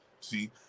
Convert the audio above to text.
See